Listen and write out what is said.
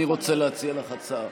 אני רוצה להציע לך הצעה.